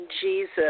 Jesus